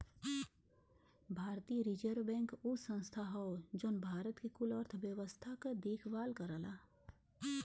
भारतीय reserve bank उ संस्था हौ जौन भारत के कुल अर्थव्यवस्था के देखभाल करला